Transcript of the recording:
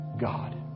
God